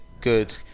good